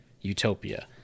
Utopia